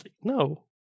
No